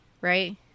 right